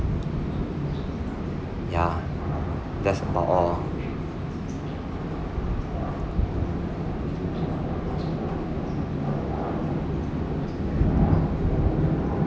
ya that's about all